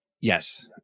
Yes